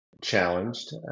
challenged